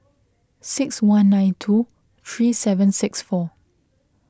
six one nine two three seven six four